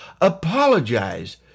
apologize